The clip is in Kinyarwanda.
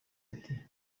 bati